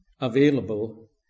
available